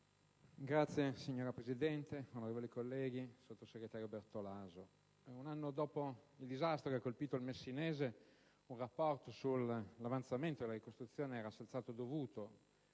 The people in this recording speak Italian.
Signora Presidente, onorevoli colleghi, sottosegretario Bertolaso, un anno dopo il disastro che ha colpito il Messinese un rapporto sull'avanzamento della ricostruzione era senz'altro dovuto,